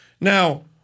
Now